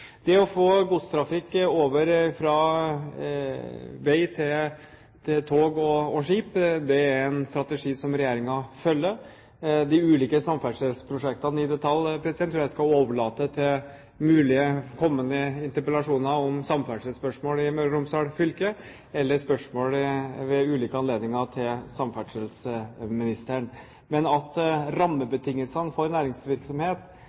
Det å få godstrafikk over fra vei til tog og skip er en strategi som regjeringen følger. De ulike samferdselsprosjektene i detalj tror jeg at jeg skal overlate til mulige kommende interpellasjoner om samferdselsspørsmål i Møre og Romsdal fylke, eller spørsmål ved ulike anledninger til samferdselsministeren. Men at rammebetingelsene for næringsvirksomhet